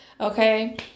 Okay